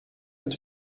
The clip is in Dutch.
het